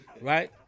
right